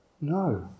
No